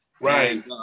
Right